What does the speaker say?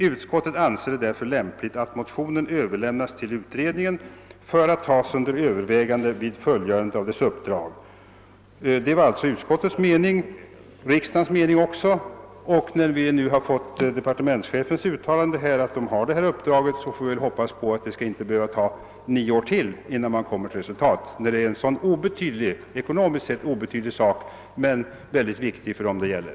Utskottet anser det därför lämpligt att motionen överlämnas till utredningen för att tas under övervägande vid fullgörandet av dess uppdrag.» Det var alltså utskottets och riksdagens mening. När vi nu fått höra staisrådet förklara att utredningen har detta uppdrag får vi väl hoppas att det inte skall behöva ta ytterligare nio år att nå fram till resultat. Det rör sig ju om en ekonomiskt sett obetydlig sak, men den är mycket viktig för dem det gäller.